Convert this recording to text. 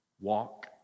walk